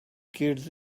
kids